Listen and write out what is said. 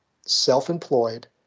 self-employed